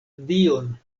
dion